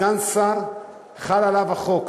סגן שר, חל עליו החוק.